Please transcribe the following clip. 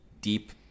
deep